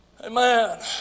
Amen